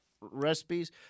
recipes